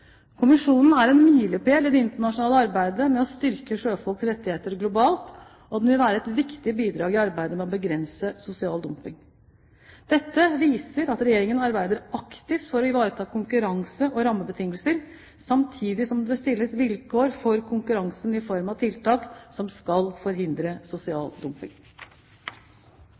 er en milepæl i det internasjonale arbeidet med å styrke sjøfolks rettigheter globalt, og den vil være et viktig bidrag i arbeidet med å begrense sosial dumping. Dette viser at Regjeringen arbeider aktivt for å ivareta konkurranse- og rammebetingelser, samtidig som det stilles vilkår for konkurransen i form av tiltak som skal forhindre sosial dumping.